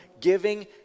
giving